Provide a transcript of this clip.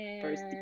First